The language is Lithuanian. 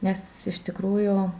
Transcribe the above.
nes iš tikrųjų